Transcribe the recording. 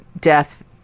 Death